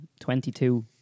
22